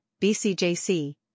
BCJC